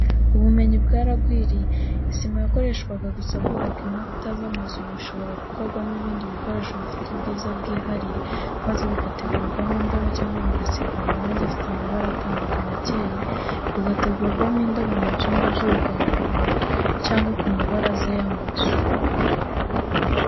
Ubumenyi bwaragwiriye, isima yakoreshwaga gusa bubaka inkuta z'amazu, ubu ishobora gukorwamo ibindi bikoresho bifite ubwiza bwihariye, maze bigaterwamo indabo cyangwa bigasigwa amarangi afite amabara atandukanye, akeye, bigategurwamo indabo mu byumba by'uruganiriro cyangwa ku mabaraza y'amazu.